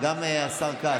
זה מנהיג?